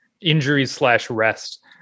injuries-slash-rest